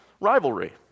rivalry